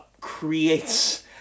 creates